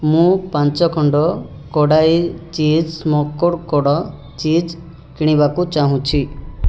ମୁଁ ପାଞ୍ଚ ଖଣ୍ଡ କଡ଼ାଇ ଚିଜ୍ ସ୍ମୋକେଡ଼୍ କଡ଼୍ ଚିଜ୍ କିଣିବାକୁ ଚାହୁଁଛି